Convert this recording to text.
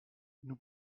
nous